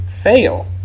fail